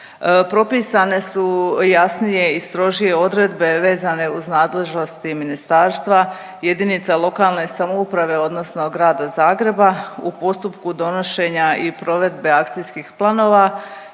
Propisane su jasnije i strožije odredbe vezane uz nadležnosti ministarstva, jedinica lokalne samouprave odnosno Grada Zagreba u postupku donošenja i provedbe akcijskih planova